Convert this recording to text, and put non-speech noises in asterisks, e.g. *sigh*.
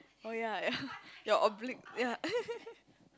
oh ya ya your oblique ya *laughs*